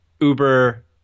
uber